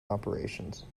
operations